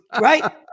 Right